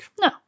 no